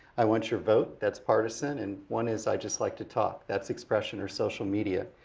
i want your vote, that's partisan and one is i just like to talk, that's expression or social media.